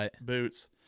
boots